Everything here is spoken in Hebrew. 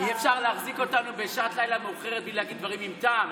אי-אפשר להחזיק אותנו בשעת לילה מאוחרת בלי להגיד דברים עם טעם,